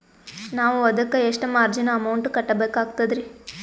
ನಾವು ಅದಕ್ಕ ಎಷ್ಟ ಮಾರ್ಜಿನ ಅಮೌಂಟ್ ಕಟ್ಟಬಕಾಗ್ತದ್ರಿ?